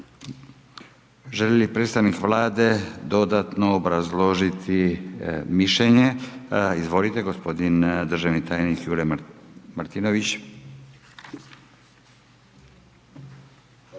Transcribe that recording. Želi li predstavnik Vlade dodatno obrazložiti mišljenje? Izvolite gospodin državni tajnik Jure Martinović.